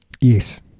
yes